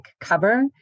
cover